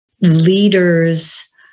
Leaders